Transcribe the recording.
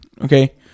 Okay